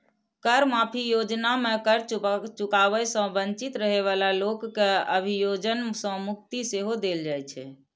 कर माफी योजना मे कर चुकाबै सं वंचित रहै बला लोक कें अभियोजन सं मुक्ति सेहो देल जाइ छै